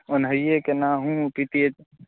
ओनाहिए केनाहु